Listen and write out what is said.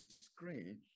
screen